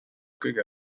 kõige